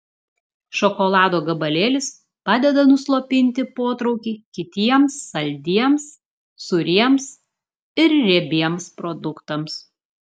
šokolado gabalėlis padeda nuslopinti potraukį kitiems saldiems sūriems ir riebiems produktams